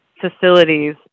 facilities